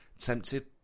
Tempted